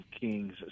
Kings